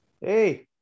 Hey